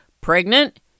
pregnant